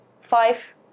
five